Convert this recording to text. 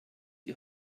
die